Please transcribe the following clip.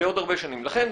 לכן,